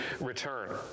return